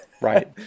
Right